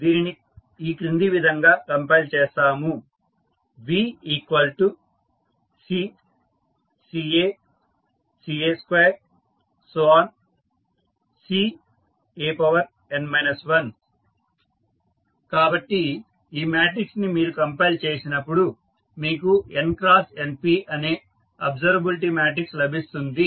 మనము దీనిని ఈ క్రింది విధంగా కంపైల్ చేస్తాము VC CA CA2 CAn 1 కాబట్టి ఈ మాట్రిక్స్ ని మీరు కంపైల్ చేసినపుడు మీకు n×npఅనే అబ్సర్వబిలిటీ మాట్రిక్స్ లభిస్తుంది